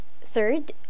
third